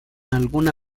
alguna